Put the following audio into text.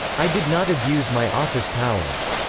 i did not abuse my office powers.